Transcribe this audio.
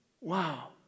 Wow